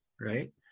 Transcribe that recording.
Right